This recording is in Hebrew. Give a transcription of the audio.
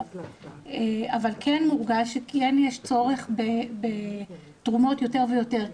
אבל כן הורגש וכן יש צורך בתרומות יותר ויותר,